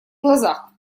глазах